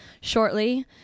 shortly